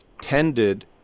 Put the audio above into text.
tended